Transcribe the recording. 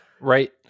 Right